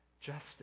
justice